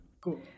Cool